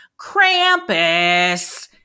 Krampus